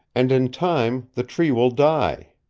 and in time the tree will die.